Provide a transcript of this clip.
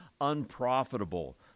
unprofitable